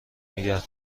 نگه